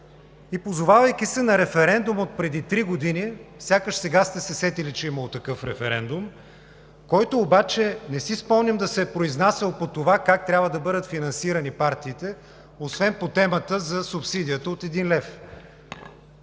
Позовавайки се на референдума отпреди три години, сякаш сега сте се сетили, че е имало такъв референдум, който обаче не си спомням да се е произнасял по това как трябва да бъдат финансирани партиите, освен по темата за субсидията от един лев.